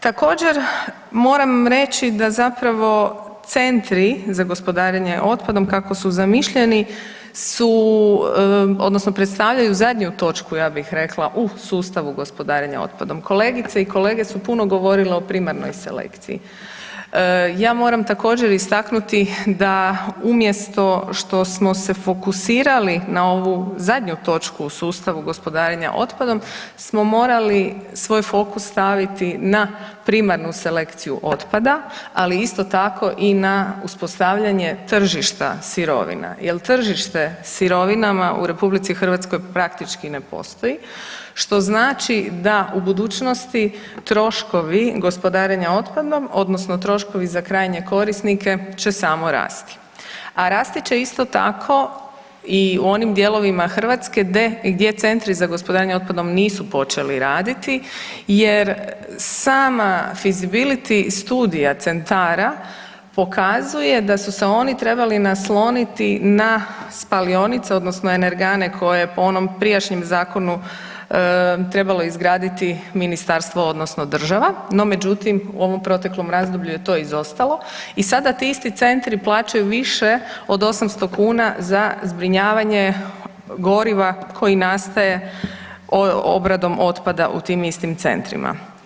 Također moram reći da zapravo centri za gospodarenje otpadom kako su zamišljeni su odnosno predstavljaju zadnju točku ja bih rekla u sustavu gospodarenja otpadom. kolegice i kolege su puno govorili o primarnoj selekciji, ja moramo također istaknuti da umjesto što smo se fokusirali na ovu zadnju točku u sustavu gospodarenja otpadom smo morali svoj fokus staviti na primarnu selekciju otpada, ali isto tako i na uspostavljanje tržišta sirovina jel sirovinama u RH praktički ne postoji što znači da u budućnosti troškovi gospodarenja otpadom odnosno troškovi za krajnje korisnike će samo rasti, a rasti će isto tako i u onim dijelovima Hrvatske gdje centri za gospodarenje otpadom nisu počeli raditi jer sama fizibiliti studija centara pokazuje da su se oni trebali nasloniti na spalionice odnosno energane koje po onom prijašnjem zakonu trebalo izgraditi ministarstvo odnosno država, no međutim u ovom proteklom je to izostalo i sada ti isti centri plaćaju više od 800 kuna za zbrinjavanje goriva koji nastaje obradom otpada u tim istim centrima.